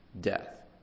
death